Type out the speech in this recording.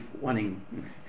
wanting